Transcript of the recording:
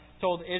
told